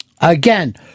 again